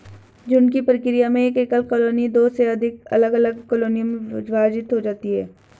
झुंड की प्रक्रिया में एक एकल कॉलोनी दो से अधिक अलग अलग कॉलोनियों में विभाजित हो जाती है